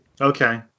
Okay